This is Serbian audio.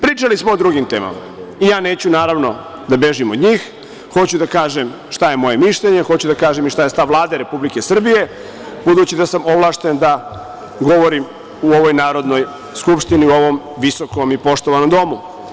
Pričali smo o drugim temama i ja neću, naravno da bežim od njih, hoću da kažem šta je moje mišljenje, hoću da kažem i šta je stav Vlade Republike Srbije, budući da sam ovlašćen da govorim u ovoj Narodnoj skupštini, u ovom visokom i poštovanom Domu.